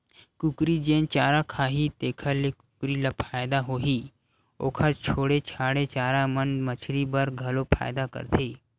कुकरी जेन चारा खाही तेखर ले कुकरी ल फायदा होही, ओखर छोड़े छाड़े चारा मन मछरी बर घलो फायदा करथे